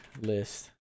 list